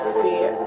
fear